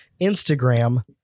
Instagram